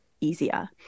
easier